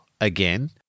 again